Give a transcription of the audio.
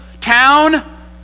town